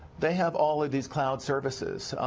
they have all of these cloud services,